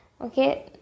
okay